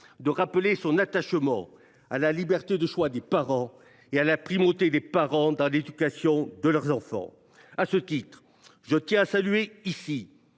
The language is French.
de rappeler notre attachement à la liberté de choix des parents et à la primauté des parents dans l’éducation de leurs enfants ? À ce titre, je tiens à saluer